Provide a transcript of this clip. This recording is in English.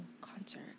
Concert